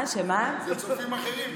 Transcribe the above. אלה צופים אחרים,